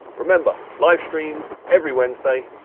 remember, livestreams every wednesday.